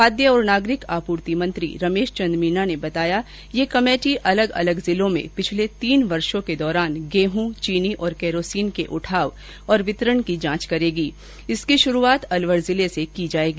खाद्य और नागरिक आपूर्ति मंत्री रमेश चंद मीना ने बताया कि यह कमेटी अलग अलग जिलो में पिछले तीन वर्षो के दौरान गेहूं चीनी और केरोसीन के उठाव और वितरण की जांच करेगी इसकी शुरूआत अलवर जिले से की जायेगी